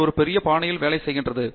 அது ஒரு பெரிய பாணியில் வேலை செய்கிறது